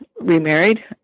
remarried